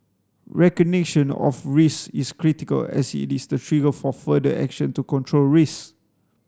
recognition of risks is critical as it is the trigger for further action to control risks